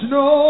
no